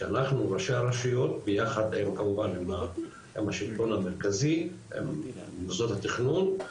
שאנחנו ראשי רשויות ביחד עם השלטון המרכזי ומוסדות התכנון,